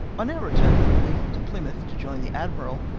on our return from leith to plymouth to join the admiral,